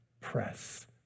press